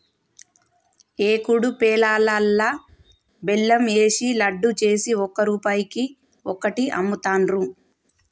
ఏకుడు పేలాలల్లా బెల్లం ఏషి లడ్డు చేసి ఒక్క రూపాయికి ఒక్కటి అమ్ముతాండ్రు